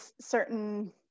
certain